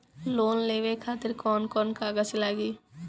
Loan लेवे खातिर कौन कौन कागज लागी?